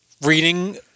reading